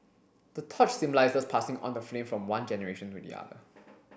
the torch symbolises passing on the flame from one generation to the other